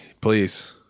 please